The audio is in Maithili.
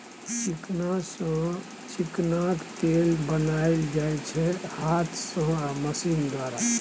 चिकना सँ चिकनाक तेल बनाएल जाइ छै हाथ सँ आ मशीन द्वारा